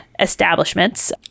establishments